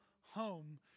home